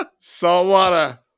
Saltwater